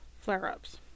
flare-ups